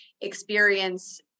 experience